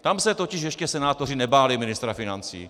Tam se totiž ještě senátoři nebáli ministra financí.